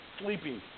sleeping